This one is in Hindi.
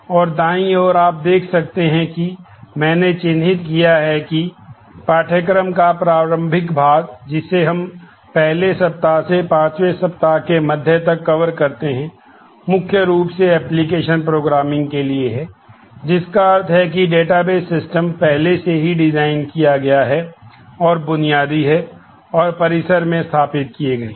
और दाईं ओर आप देख सकते हैं कि मैंने चिह्नित किया है कि पाठ्यक्रम का प्रारंभिक भाग जिसे हम पहले सप्ताह से पांचवें सप्ताह के मध्य तक कवर करते हैं मुख्य रूप से एप्लिकेशन प्रोग्रामिंग स्थापित किए गए हैं